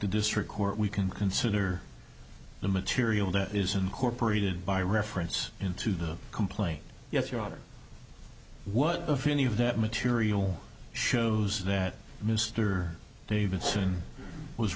the district court we can consider the material that is incorporated by reference into the complaint yes your honor what if any of that material shows that mr davidson was